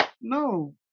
No